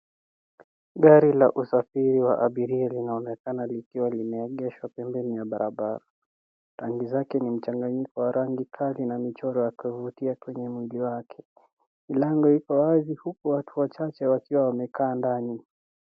Gari la usafiri wa abiria linaonekana likiwa limeegeshwa pembeni mwa barabara, rangi zake ni mchanganyiko wa rangi kali na mchoro wa kuvutia kwenye mwili wake. Milango iko wazi huku watu wachache wakiwa wamekaa ndani.